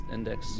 Index